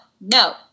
no